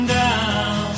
down